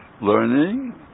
learning